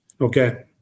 Okay